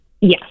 Yes